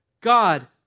God